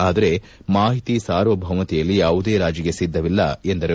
ಆದರೆ ಮಾಹಿತಿ ಸಾರ್ವಭೌಮತೆಯಲ್ಲಿ ಯಾವುದೇ ರಾಜಿಗೆ ಸಿದ್ಧವಿಲ್ಲ ಎಂದರು